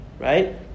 Right